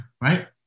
right